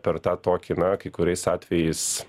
per tą tokį na kai kuriais atvejais